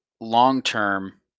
long-term